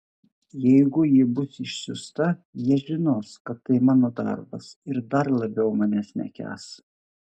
jeigu ji bus išsiųsta jie žinos kad tai mano darbas ir dar labiau manęs nekęs